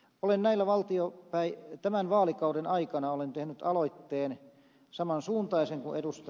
olen tämän vaalikauden aikana tehnyt saman suuntaisen aloitteen kuin ed